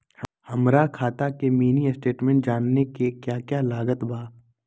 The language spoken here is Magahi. हमरा खाता के मिनी स्टेटमेंट जानने के क्या क्या लागत बा?